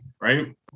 right